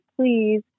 please